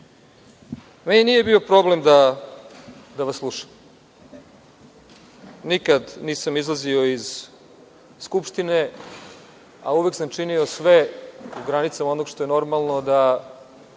nije bio problem da vas slušam. Nikad nisam izlazio iz Skupštine, a uvek sam činio sve u granicama onog što je normalno da